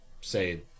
say